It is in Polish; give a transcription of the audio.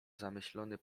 zamyślony